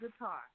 guitar